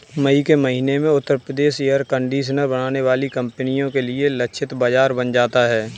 मई के महीने में उत्तर प्रदेश एयर कंडीशनर बनाने वाली कंपनियों के लिए लक्षित बाजार बन जाता है